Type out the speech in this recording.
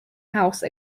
house